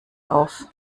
auf